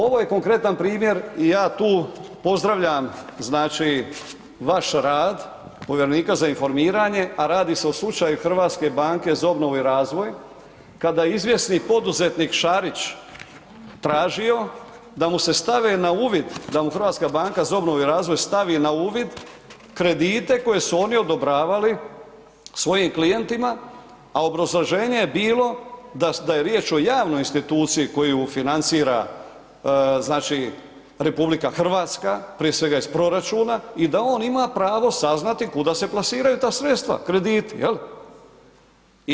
Ovo je konkretna primjer i ja tu pozdravljam znači vaš rad, povjerenika za informiranje, a radi se o slučaju Hrvatske banke za obnovu i razvoj kada je izvjesni poduzetnik Šarić tražio da mu se stave na uvid, da mu Hrvatska banka za obnovu i razvoj stavi na uvid kredite koje su oni odobravali svojim klijentima, a obrazloženje je bilo da je riječ o javnoj instituciji koju financira znači RH prije svega iz proračuna i da on ima pravo saznati kuda se plasiraju ta sredstva krediti je li.